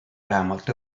vähemalt